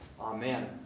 Amen